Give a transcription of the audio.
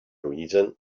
reason